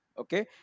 okay